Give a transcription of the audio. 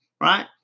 Right